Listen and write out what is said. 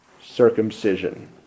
circumcision